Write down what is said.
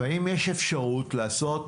והאם יש אפשרות לעשות